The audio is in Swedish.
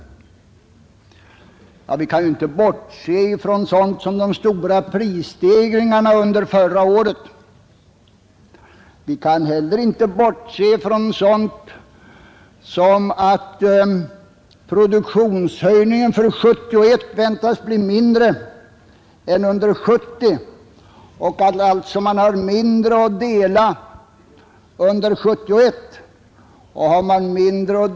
Ja, vi kan ju inte bortse från sådant som de stora prisstegringarna under förra året. Vi kan heller inte bortse från att produktionshöjningen för 1971 väntas bli mindre än för 1970 och att man alltså har mindre ökningar att dela på under 1971.